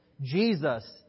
Jesus